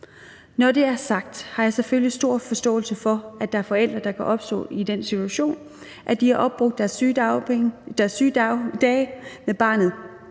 Når det er sagt, har jeg selvfølgelig stor forståelse for, at der er forældre, der kan stå i den situation, at de har opbrugt deres sygedage med barnet.